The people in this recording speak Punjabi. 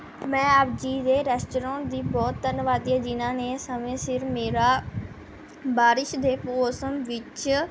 ਮੈਂ ਆਪ ਜੀ ਦੇ ਰੈਸਟੋਰੋਂਟ ਦੀ ਬਹੁਤ ਧੰਨਵਾਦੀ ਹਾਂ ਜਿਨ੍ਹਾਂ ਨੇ ਸਮੇਂ ਸਿਰ ਮੇਰਾ ਬਾਰਿਸ਼ ਦੇ ਮੌਸਮ ਵਿੱਚ